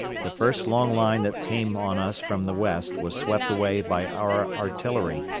the first long line that came on us from the west was swept away by our artillery,